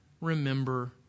remember